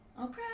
Okay